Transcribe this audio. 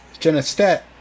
Genestet